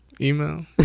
email